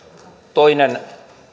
toinen